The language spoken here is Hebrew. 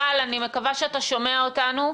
גל, אני מקווה שאתה שומע אותנו.